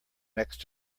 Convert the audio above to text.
next